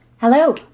Hello